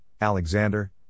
Alexander